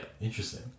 interesting